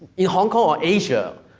in hong kong or asia,